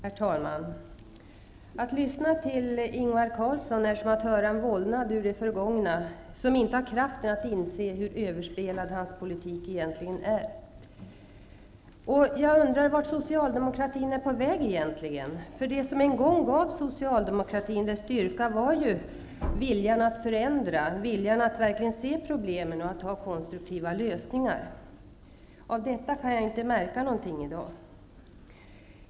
Herr talman! Att lyssna på Ingvar Carlsson är som att höra en vålnad från det förgångna som inte har kraften att inse hur överspelad hans politik egentligen är. Jag undrar vart socialdemokratin egentligen är på väg. Det som en gång var socialdemokratins styrka var ju viljan att förändra, viljan att verkligen se problemen och välja konstruktiva lösningar. Av detta kan jag inte märka någonting i dag.